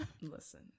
Listen